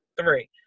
three